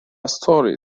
story